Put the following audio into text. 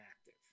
active